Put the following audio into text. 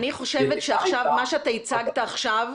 אני חושבת שמה שאתה הצגת עכשיו,